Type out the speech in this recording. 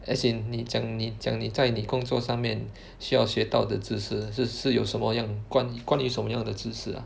as in 你讲你讲你在你工作上面需要学到的知识是是有什么样关关于什么样的知识 ah